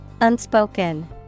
Unspoken